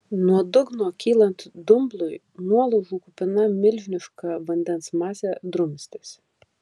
nuo dugno kylant dumblui nuolaužų kupina milžiniška vandens masė drumstėsi